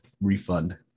refund